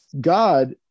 God